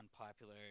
unpopular